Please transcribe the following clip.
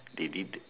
they did